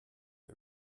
der